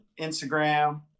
Instagram